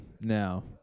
now